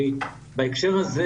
בהקשר הזה